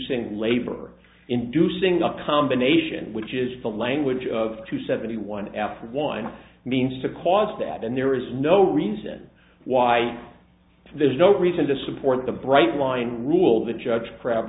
cing labor inducing a combination which is the language of two seventy one f one means to cause that and there is no reason why there's no reason to support the bright line rule the judge crab